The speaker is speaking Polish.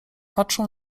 patrzą